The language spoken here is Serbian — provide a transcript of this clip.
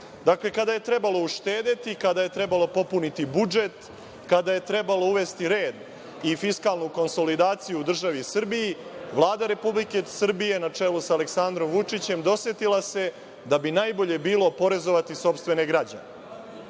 je trebalo uštedeti, kada je trebalo popuniti budžet, kada je trebalo uvesti red i fiskalnu konsolidaciju u državi Srbiji, Vlada Republike Srbije, na čelu sa Aleksandrom Vučićem, dosetila se da bi najbolje bilo oporezovati sopstvene građane.